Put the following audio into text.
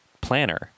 planner